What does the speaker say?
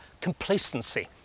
complacency